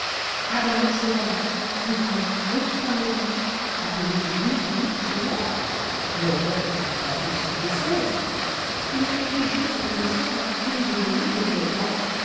à bas le tyran mais quoi de qui parlez-vous appelez-vous louis-philippe tyran non pas plus que louis xvi ils sont tous deux ce que l'histoire a coutume de nommer de bons rois